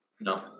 No